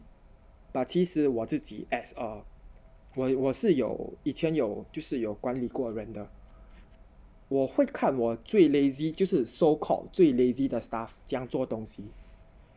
but 其实我自己 as a 我我是有以前有就是有管理过人的我会看我最 lazy 就是 so called 最 lazy 的 staff 怎样做东西